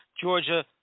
Georgia